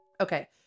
Okay